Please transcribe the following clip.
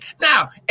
Now